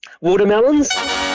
Watermelons